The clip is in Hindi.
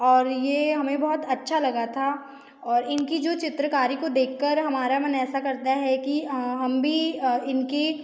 और ये हमें बहुत अच्छा लगा था और इनकी जो चित्रकारी को देख कर हमारा मन ऐसा करता है कि हम भी इनकी